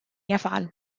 يفعل